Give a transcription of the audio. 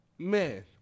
Man